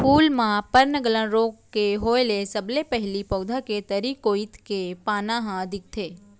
फूल म पर्नगलन रोग के होय ले सबले पहिली पउधा के तरी कोइत के पाना म दिखथे